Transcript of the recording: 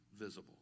visible